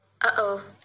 Uh-oh